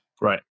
Right